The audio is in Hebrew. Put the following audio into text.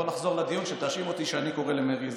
בוא נחזור לדיון שתאשים אותי שאני קורא למרי.